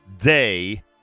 day